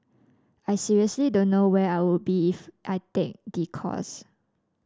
I seriously don't know where I would be if I take the course